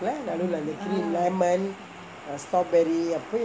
நடுவுலே அந்த:naduvulae antha cream lemon strawberry